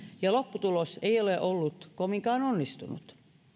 ja lopputulos ei ole ollut kovinkaan onnistunut